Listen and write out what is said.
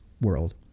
world